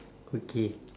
okay